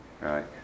right